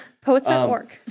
Poets.org